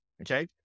okay